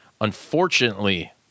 unfortunately